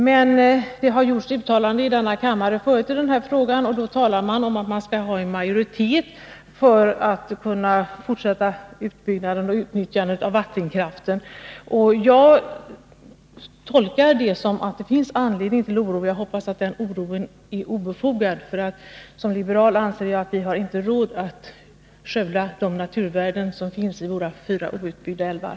Men det har gjorts uttalanden här i kammaren förut i denna fråga, och då talade man om att det skall vara en majoritet för att kunna fortsätta utbyggnaden och utnyttjandet av vattenkraften. Jag tolkar det så, att det finns anledning till oro, men jag hoppas att den oron är obefogad. Som liberal anser jag nämligen att vi inte har råd att skövla de naturvärden som finns i våra fyra outbyggda älvar.